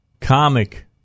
comic